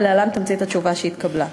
ולהלן תמצית התשובה שהתקבלה: